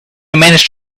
managed